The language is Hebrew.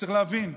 צריך להבין: